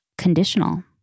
conditional